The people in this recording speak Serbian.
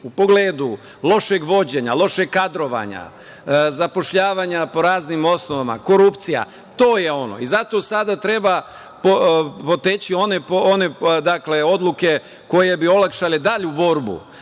u pogledu lošeg vođenja, lošeg kadrovanja, zapošljavanja po raznim osnovama, korupcija, to je ono. Zato sada treba podstaći one odluke koje bi olakšale dalju borbu.